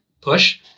push